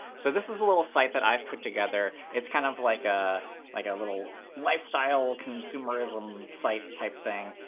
so this is a little site that i've put together. it's kind of like ah like a little lifestyle consumerism site-type thing.